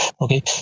okay